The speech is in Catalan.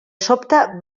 sobte